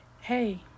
Hey